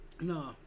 no